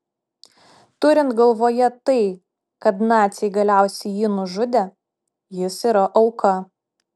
turint galvoje tai kad naciai galiausiai jį nužudė jis yra auka